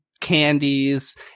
candies